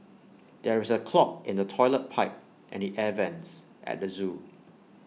there is A clog in the Toilet Pipe and the air Vents at the Zoo